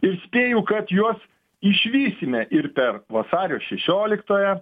ir spėju kad juos išvysime ir per vasario šešioliktąją